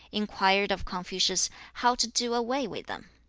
inquired of confucius how to do away with them.